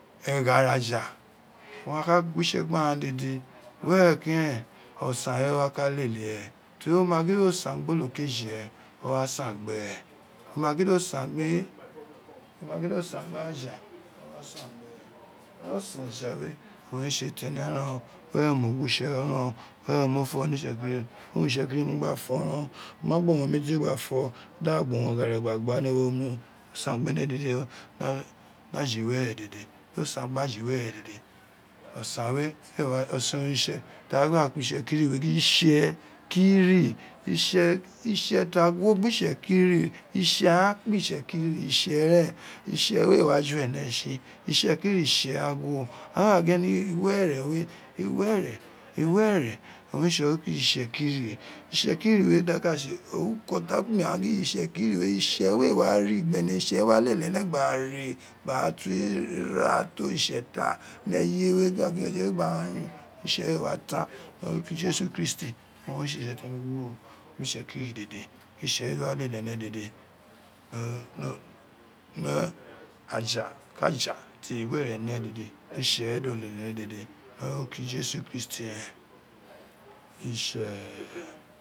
Eghare aja wo wa ka ghote gbe aghan dede were keren osan re wa ka kele e teni wo ma gin do san gbe glo keji re o wa san gbe re wo ma gin di o san gbe aja o wa san gbe re owun re tse tene ni oro were mo gutse ren o were mo fo nibitsekiri biri oritse gin owan mo nogba fo ren omo ma gba owun ometitie gba fo dagha gba owun were gba gba ni ewo mi o do sun gbene dede oni aji were dede do san gbe aja were dede do san gbe aja were dede tagha me itsekiri itse ta gwo gbe itsekin itse an kpe itse kiri itse we ee wa ju ene tsi itsekiri itse agho gwo wo ma gin iewere iewere iewere owan re tse oniko itse kiri itse kiri we itse we wa kele ene gba re re gba ta ina ti oritse da ni eye me otse we ee wa tan ni onika jesu christ ni owun re tse itse tene gwo itse we wa lele ene dede ni aja ki aja ti were ne dede di itse do lele ene dede ni oruko jesu christ itse